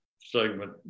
segment